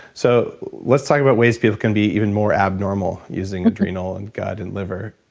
so let's talk about ways people can be even more abnormal using adrenal and gut and liver.